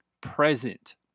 present